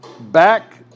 back